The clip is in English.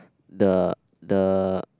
the the